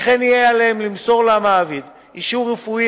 וכן יהיה עליהם למסור למעביד אישור רפואי